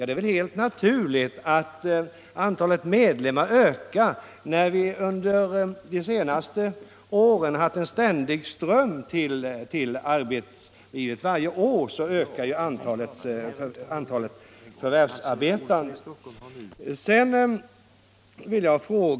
Det är väl helt naturligt att antalet medlemmar ökar när vi under de senaste åren har haft en ständig ström till arbetslivet. Varje år ökar ju antalet förvärvsarbetande.